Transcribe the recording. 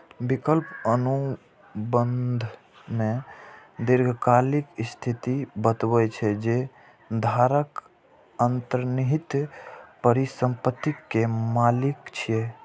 विकल्प अनुबंध मे दीर्घकालिक स्थिति बतबै छै, जे धारक अंतर्निहित परिसंपत्ति के मालिक छियै